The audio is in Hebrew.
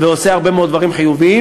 ועושה הרבה מאוד דברים חיוביים.